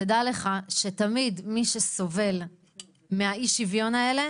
תדע לך שתמיד מי שסובל מאי השוויון הזה,